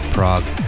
Prague